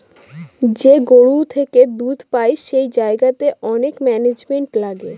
যে গরু থেকে দুধ পাই সেই জায়গাতে অনেক ম্যানেজমেন্ট লাগে